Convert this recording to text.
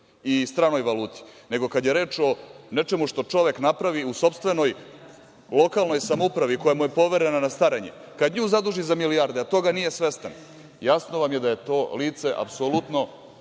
i stranoj valuti, nego kada je reč o nečemu što čovek napravi u sopstvenoj lokalnoj samoupravi koja mu je poverena na staranje, kada nju zaduži za milijarde, a toga nije svestan, jasno vam je da je to lice apsolutno